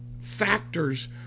factors